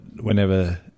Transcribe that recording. whenever